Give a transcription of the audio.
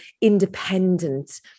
independent